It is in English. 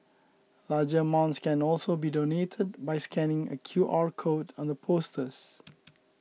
larger amounts can also be donated by scanning a Q R code on the posters